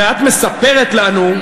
ואת מספרת לנו,